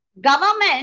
government